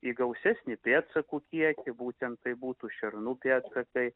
į gausesnį pėdsakų kiekį būtent tai būtų šernų pėdsakai